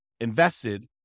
invested